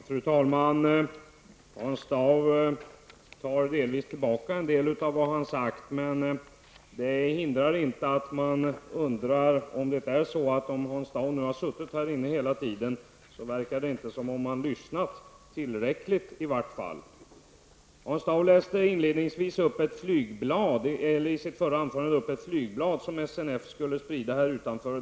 Fru talman! Hans Dau tar delvis tillbaka det som han har sagt, men det hindrar inte att man undrar -- om Hans Dau nu har suttit här hela tiden -- om han verkligen har lyssnat tillräckligt. I sitt förra anförande läste Hans Dau från ett flygblad som SNF sprider här utanför huset.